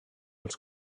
els